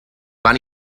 van